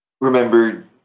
remember